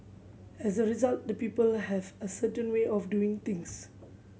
as a result the people have a certain way of doing things